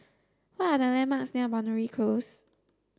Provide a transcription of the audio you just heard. what are the landmarks near Boundary Close